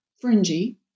fringy